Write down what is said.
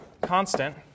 constant